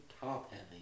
top-heavy